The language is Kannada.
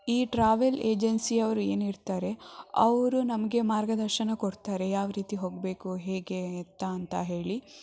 ಈ ಟ್ರಾವೆಲ್ ಏಜೆನ್ಸಿ ಅವರು ಏನಿರ್ತಾರೆ ಅವರು ನಮಗೆ ಮಾರ್ಗದರ್ಶನ ಕೊಡ್ತಾರೆ ಯಾವ ರೀತಿ ಹೋಗಬೇಕು ಹೇಗೆ ಎತ್ತ ಅಂತ ಹೇಳಿ